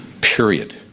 period